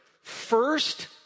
first